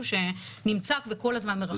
זה משהו שנמצא וכל הזמן מרחף באוויר.